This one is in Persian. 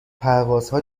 پروازها